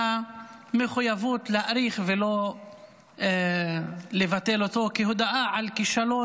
מהמחויבות להאריך ולא לבטל אותו כהודאה על כישלון